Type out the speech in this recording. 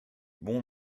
bon